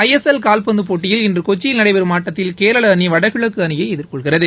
ஐ S L காவ்பந்து போட்டியில் இன்று கொச்சியில் நடைபெறும் ஆட்டத்தில் கேரள அணி வடகிழக்கு அணியை எதிர்கொள்கிறது